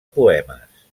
poemes